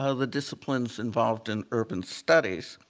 ah the disciplines involved in urban studies.